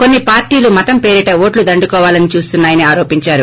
కొన్సి పార్షీలు మతం పేరిట ఓట్లు దండుకోవాలని చూస్తున్నా యన్ ఆరోపించారు